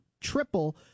triple